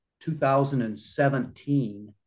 2017